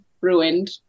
ruined